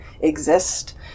exist